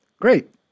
Great